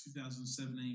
2017